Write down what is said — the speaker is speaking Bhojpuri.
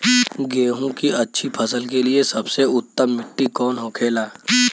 गेहूँ की अच्छी फसल के लिए सबसे उत्तम मिट्टी कौन होखे ला?